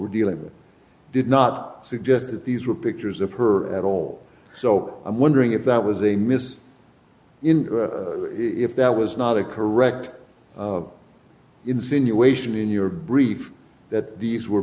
we're dealing with did not suggest that these were pictures of her at all so i'm wondering if that was the miss if that was not the correct insinuation in your brief that these were